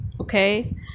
okay